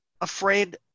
afraid